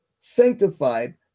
sanctified